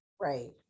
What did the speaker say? Right